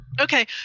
Okay